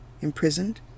imprisoned